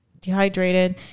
dehydrated